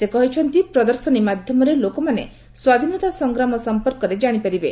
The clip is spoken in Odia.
ସେ କହିଛନ୍ତି ପ୍ରଦର୍ଶନୀ ମାଧ୍ୟମରେ ଲୋକମାନେ ସ୍ୱାଧୀନତା ସଂଗ୍ରାମ ସମ୍ପର୍କରେ ଜାଣିପାରିବେ